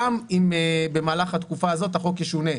גם אם במהלך התקופה הזאת החוק ישונה.